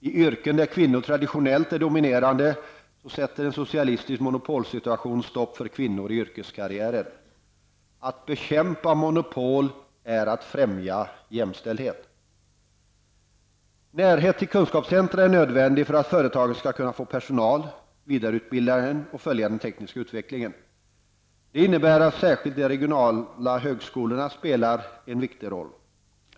I yrken där kvinnor traditionellt är dominerande sätter en socialistisk monopolsituation stopp för kvinnor i yrkeskarriären. Att bekämpa monopol är att främja jämställdhet. Närhet till kunskapscentra är nödvändig för att företagen skall kunna få personal, vidareutbilda den och följa den tekniska utvecklingen. Detta innebär att särskilt de regionala högskolorna spelar en viktig roll.